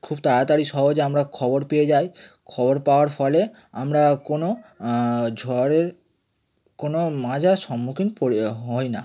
খুব তাড়াতাড়ি সহজে আমরা খবর পেয়ে যাই খবর পাওয়ার ফলে আমরা কোনও ঝড়ের কোনও মাঝে আর সম্মুখীন পড়ি হই না